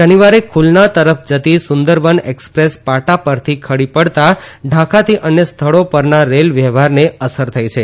શનિવારે ખુલના તરફ જતી સુંદરબન એક્સપ્રેસ પાટા પરથી ખડી પડતા ઢાકાથી અન્ય સ્થળો પરના રેલ વ્યવહારને અસર થઇ છે